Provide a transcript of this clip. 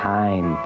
time